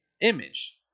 image